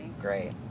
Great